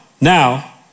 now